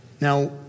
Now